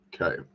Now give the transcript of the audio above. okay